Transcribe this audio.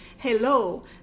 Hello